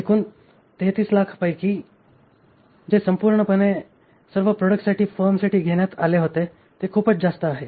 एकूण 3300000 पैकी जे संपूर्णपणे सर्व प्रॉडक्टसाठी फर्मसाठी घेण्यात आले होते ते खूपच जास्त आहे